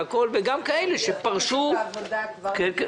וגם כאלה שפרשו --- עוזבות את העבודה כבר בגיל